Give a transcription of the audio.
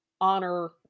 honor